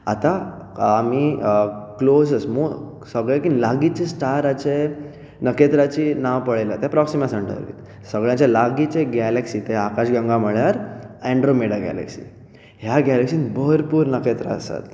आतां आमी क्लोजस्ट मो सगळेकीन लागिचे स्टाराचे नकेत्राचे नांव पळयला तें प्रोक्सीमा सेंटवरी सगळ्याचें लागिचें गेलेक्सी ते आकाशगंगा म्हळ्यार एन्ड्रोमेडा गेलेक्सी ह्या गेलेक्सीन भरपूर नकेत्रां आसात